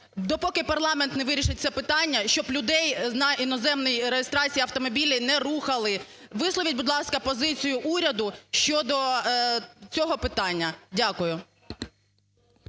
допоки парламент не вирішить це питання, щоб людей на іноземній реєстрації автомобілів не рухали. Висловіть, будь ласка, позицію уряду щодо цього питання. Дякую.